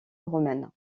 romaine